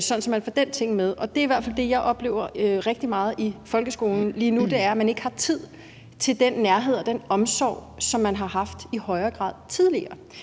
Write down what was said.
det, så man får den ting med. Det, jeg i hvert fald oplever rigtig meget i folkeskolen lige nu, er, at man ikke har tid til den nærhed og den omsorg, som man i højere grad havde tidligere.